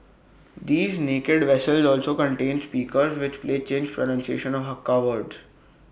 these naked vessels also contain speakers which play Chin's pronunciation of Hakka words